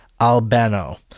Albano